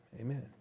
Amen